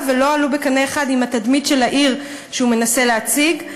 ולא עלו בקנה אחד עם התדמית של העיר שהוא מנסה להציג.